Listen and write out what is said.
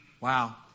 Wow